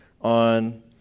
on